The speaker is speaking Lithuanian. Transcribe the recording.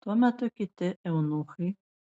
tuo metu kiti eunuchai